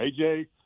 AJ